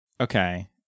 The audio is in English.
Okay